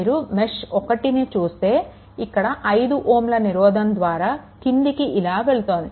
మీరు మెష్1ని చూస్తే ఇక్కడ 5 Ωల నిరోధం ద్వారా కిందికి ఇలా వెళ్తోంది